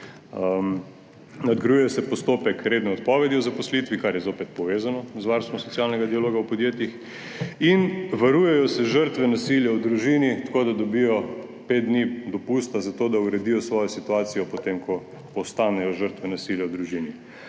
Nadgrajuje se postopek redne odpovedi o zaposlitvi, kar je spet povezano z varstvom socialnega dialoga v podjetjih, varujejo se žrtve nasilja v družini, tako da dobijo pet dni dopusta za to, da uredijo svojo situacijo po tem, ko postanejo žrtve nasilja v družini.